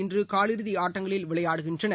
இன்றுகால் இறுதிப் ஆட்டங்களில் விளையாடுகின்றனர்